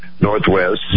Northwest